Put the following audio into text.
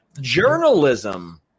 journalism